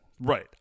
Right